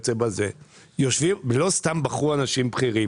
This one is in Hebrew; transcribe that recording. אבל גם אם נתעלם מהתבחין,